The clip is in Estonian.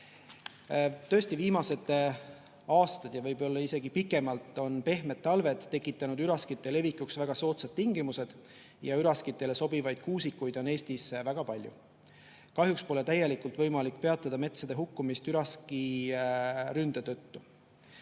Tõesti, viimased aastad ja võib-olla isegi pikemalt on pehmed talved tekitanud üraskite levikuks väga soodsad tingimused. Üraskitele sobivaid kuusikuid on Eestis väga palju. Kahjuks pole täielikult võimalik peatada metsade hukkumist üraskiründe tõttu.